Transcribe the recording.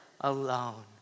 alone